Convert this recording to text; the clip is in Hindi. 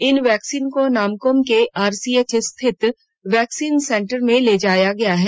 इन वैक्सीन को नामकूम के आरसीएच स्थित वैक्सीन सेन्टर में ले जाया गया है